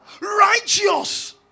righteous